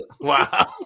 Wow